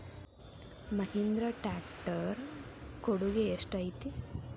Mahindra tractor ಕೊಡುಗೆ ಎಷ್ಟು ಐತಿ?